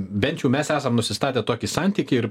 bent jau mes esam nusistatę tokį santykį ir